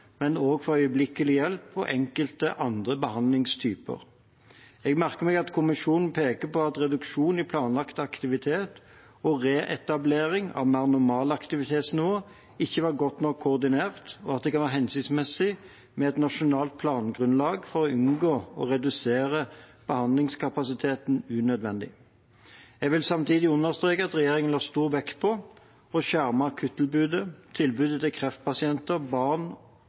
men også for øyeblikkelig hjelp og enkelte andre behandlingstyper. Jeg merker meg at kommisjonen peker på at reduksjonen i planlagt aktivitet og reetablering av mer normalt aktivitetsnivå ikke var godt nok koordinert, og at det kan være hensiktsmessig med et nasjonalt plangrunnlag for å unngå å redusere behandlingskapasiteten unødvendig. Jeg vil samtidig understreke at regjeringen la stor vekt på å skjerme akuttilbudet, tilbudet til kreftpasienter, til barn